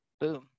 boom